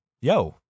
Yo